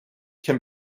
can